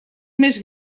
més